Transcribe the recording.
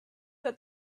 that